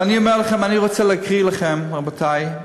ואני אומר לכם, אני רוצה להקריא לכם, רבותי,